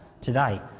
today